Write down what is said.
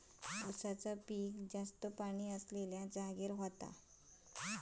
उसाचा पिक जास्त पाणी असलेल्या जागेवर होता